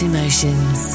Emotions